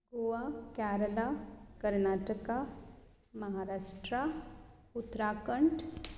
Goa Kerala Karnataka Maharashtra Uttarakhand